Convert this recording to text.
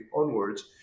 onwards